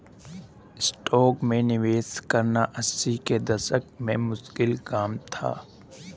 stocks में निवेश करना अस्सी के दशक में मुश्किल काम था